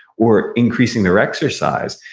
or increasing their exercise.